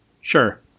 Sure